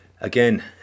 again